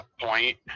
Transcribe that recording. point